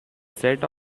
set